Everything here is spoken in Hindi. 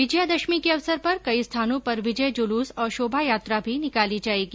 विजयदशमी के अवसर पर कई स्थानों पर विजय जुलूस और शोभायात्रा भी निकाली जायेगी